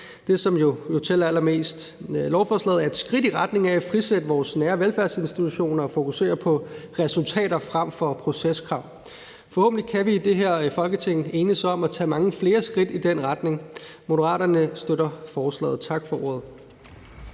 det, som jo tæller allermest. Lovforslaget er et skridt i retningen af at frisætte vores nære velfærdsinstitutioner og fokusere på resultater frem for proceskrav. Forhåbentlig kan vi i det her Folketing enes om at tage mange flere skridt i den retning. Moderaterne støtter forslaget. Tak for ordet.